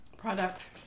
product